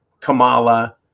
Kamala